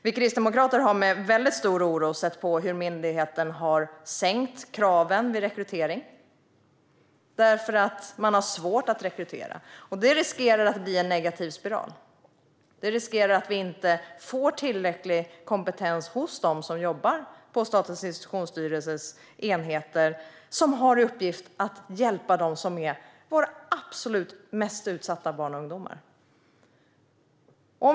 Vi kristdemokrater har med stor oro sett på hur myndigheten har sänkt kraven vid rekrytering därför att det är svårt att rekrytera. Det riskerar att bli en negativ spiral, det vill säga att det inte finns tillräcklig kompetens hos dem som jobbar på Statens institutionsstyrelses enheter som har till uppgift att hjälpa de absolut mest utsatta barnen och ungdomarna.